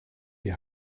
die